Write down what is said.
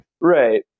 Right